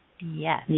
Yes